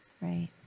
Right